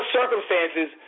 circumstances